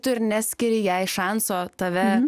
tu ir neskiri jai šanso tave